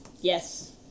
Yes